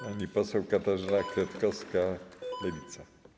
Pani poseł Katarzyna Kretkowska, Lewica.